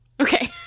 Okay